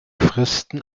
fristen